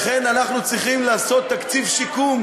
לכן אנחנו צריכים לעשות תקציב שיקום.